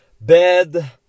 Bed